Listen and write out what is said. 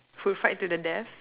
food fight to the death